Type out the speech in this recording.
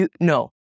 No